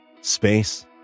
Space